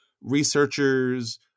researchers